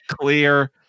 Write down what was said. clear